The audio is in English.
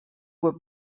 were